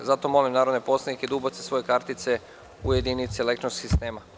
Molim narodne poslanike da ubace svoje kartice u jedinice elektronskog sistema.